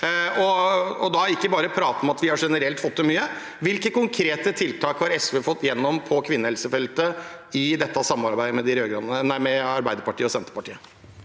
holder ikke bare å prate om at man generelt har fått til mye. Hvilke konkrete tiltak har SV fått gjennom på kvinnehelsefeltet i dette samarbeidet med Arbeiderpartiet og Senterpartiet?